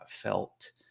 felt